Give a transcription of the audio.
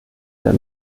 der